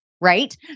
right